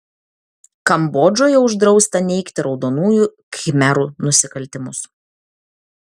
kambodžoje uždrausta neigti raudonųjų khmerų nusikaltimus